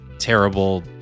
terrible